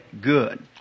good